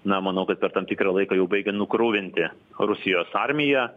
na manau kad per tam tikrą laiką jau baigia sukruvinti rusijos armiją